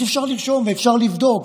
אז אפשר לרשום ואפשר לבדוק,